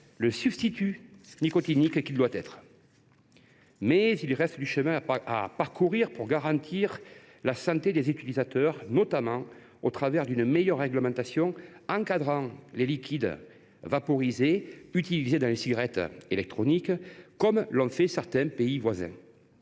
le substitut nicotinique qu’il doit être. Il reste du chemin à parcourir pour préserver la santé des utilisateurs, en améliorant notamment la réglementation encadrant les liquides vaporisés utilisés dans les cigarettes électroniques, comme l’ont fait certains voisins